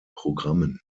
programmen